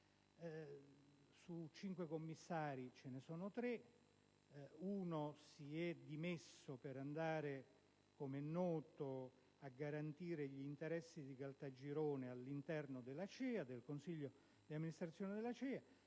Su 5 commissari ce ne sono 3: uno si è dimesso per andare, com'è noto, a garantire gli interessi di Caltagirone all'interno del consiglio di amministrazione dell'ACEA.